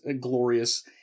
glorious